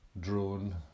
drone